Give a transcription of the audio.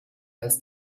als